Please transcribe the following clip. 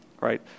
right